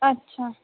अच्छा